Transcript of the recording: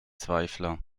zweifler